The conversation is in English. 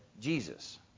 Jesus